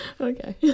Okay